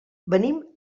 venim